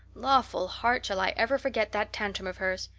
lawful heart, shall i ever forget that tantrum of hers!